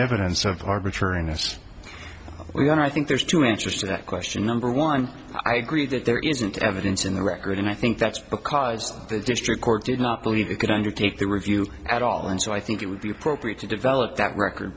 evidence of hard maturing this i think there's two answers to that question number one i agree that there isn't evidence in the record and i think that's because the district court did not believe it could undertake the review at all and so i think it would be appropriate to develop that record